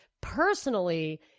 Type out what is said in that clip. personally